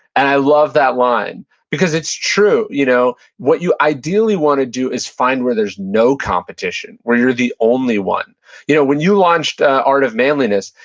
and i love that line because it's true. you know what you ideally want to do is find where there's no competition, where you're the only one you know when you launched art of manliness,